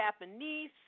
Japanese